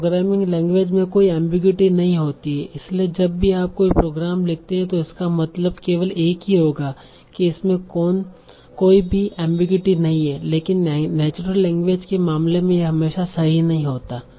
programming language में कोई ambiguity नहीं होती है इसलिए जब भी आप कोई प्रोग्राम लिखते हैं तो इसका मतलब केवल एक ही होगा कि इसमें कोई भी एमबीगुइटी नहीं है लेकिन नेचुरल लैंग्वेज के मामले के यह हमेशा सही नहीं होता है